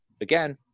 again